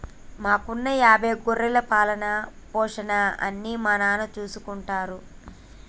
మాకున్న యాభై గొర్రెల పాలన, పోషణ అన్నీ మా నాన్న చూసుకుంటారు